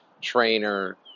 trainer